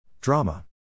Drama